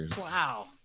Wow